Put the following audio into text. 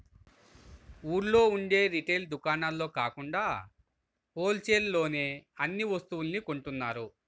ఊళ్ళో ఉండే రిటైల్ దుకాణాల్లో కాకుండా హోల్ సేల్ లోనే అన్ని వస్తువుల్ని కొంటున్నారు